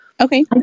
okay